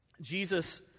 Jesus